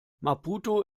maputo